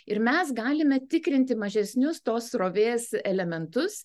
ir mes galime tikrinti mažesnius tos srovės elementus